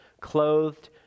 clothed